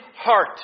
heart